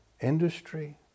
industry